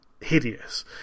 hideous